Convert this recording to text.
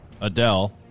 Adele